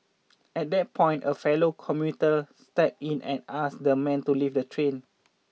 at that point a fellow commuter steps in and ask the man to leave the train